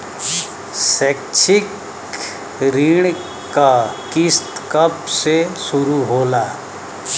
शैक्षिक ऋण क किस्त कब से शुरू होला?